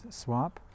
swap